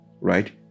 right